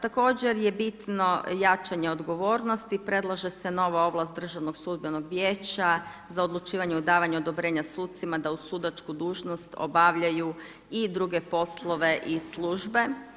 Također je bitno jačanje odgovornosti, predlaže se novo ovlast Državnog sudbenog vijeća, za odlučivanje, odavanje odobrenja sucima, da uz sudačku dužnost obavljaju i druge poslove i službe.